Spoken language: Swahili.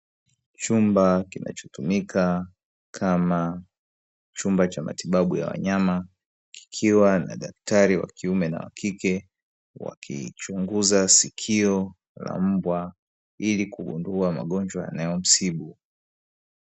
Chumba kinachotumika kama chumba cha matibabu ya wanyama kikiwa na daktari wa kiume na wa kike, wakichunguza sikio la mbwa ili kugundua magonjwa yanayomsibu.